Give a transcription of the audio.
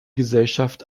gesellschaft